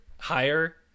higher